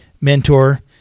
mentor